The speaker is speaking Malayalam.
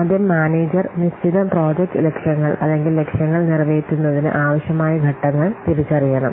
ആദ്യം മാനേജർ നിശ്ചിത പ്രോജക്റ്റ് ലക്ഷ്യങ്ങൾ അല്ലെങ്കിൽ ലക്ഷ്യങ്ങൾ നിറവേറ്റുന്നതിന് ആവശ്യമായ ഘട്ടങ്ങൾ തിരിച്ചറിയണം